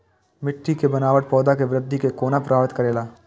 मिट्टी के बनावट पौधा के वृद्धि के कोना प्रभावित करेला?